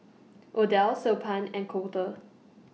Odell Siobhan and Colter